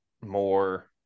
more